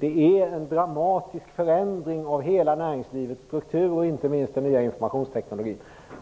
Det är en dramatisk förändring av hela näringslivets struktur, inte minst den nya informationsteknologin,